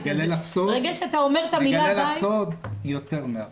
אני אגלה לך סוד, זה יותר מהבית.